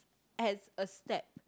as a step